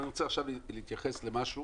אני רוצה להתייחס למשהו